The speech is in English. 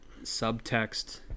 subtext